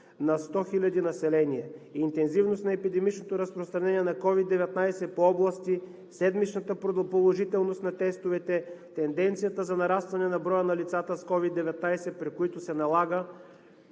на 100 хиляди население, интензивността на епидемичното разпространение на COVID-19 по области, седмичната правопродължителност на тестовете, тенденцията за нарастване на броя на лицата с COVID-19, при които се налага